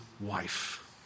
wife